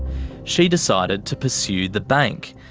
she decided to pursue the bank,